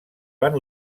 van